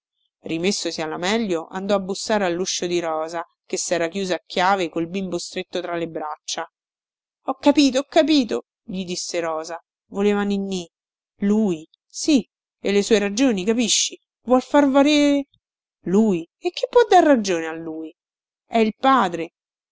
adorato rimessosi alla meglio andò a bussare alluscio di rosa che sera chiusa a chiave col bimbo stretto tra le braccia ho capito ho capito gli disse rosa voleva ninnì lui sì e le sue ragioni capisci vuol far valere lui e chi può dar ragione a lui è il padre